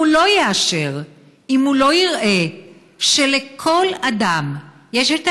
והוא לא יאשר אם הוא לא יראה שלכל אדם יש את